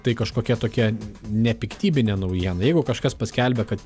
tai kažkokia tokia nepiktybinė nauja jeigu kažkas paskelbė kad